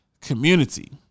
community